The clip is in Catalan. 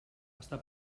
està